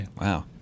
Wow